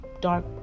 dark